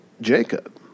Jacob